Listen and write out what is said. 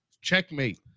checkmate